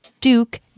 Duke